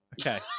okay